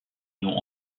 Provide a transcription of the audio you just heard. nom